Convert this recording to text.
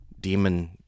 demon